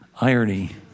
irony